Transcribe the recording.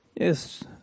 Yes